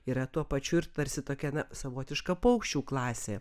yra tuo pačiu ir tarsi tokia na savotiška paukščių klasė